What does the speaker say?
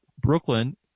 Brooklyn